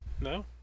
No